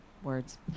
words